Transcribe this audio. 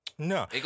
No